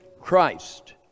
Christ